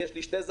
אני מצר על כך.